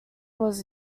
was